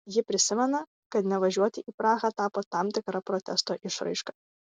ji prisimena kad nevažiuoti į prahą tapo tam tikra protesto išraiška